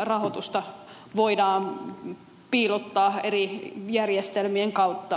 rahoitusta voidaan piilottaa eri järjestelmien kautta